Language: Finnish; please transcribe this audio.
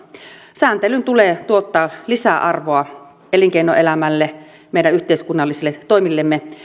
sääntelyn tulee tuottaa lisäarvoa elinkeinoelämälle meidän yhteiskunnallisille toimillemme